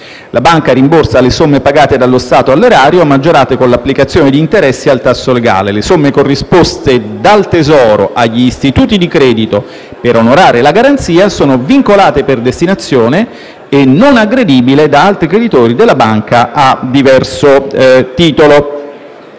La banca rimborsa le somme pagate dallo Stato all'Erario maggiorate con l'applicazione di interessi al tasso legale. Le somme corrisposte dal Tesoro agli istituti di credito per onorare la garanzia sono vincolate per destinazione e non aggredibili da altri creditori della banca a diverso titolo.